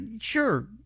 sure